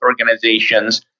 organizations